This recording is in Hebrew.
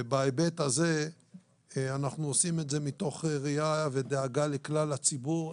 ובהיבט הזה אנחנו עושים את זה מתוך ראייה ודאגה לכלל הציבור.